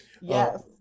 Yes